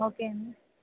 okay అండీ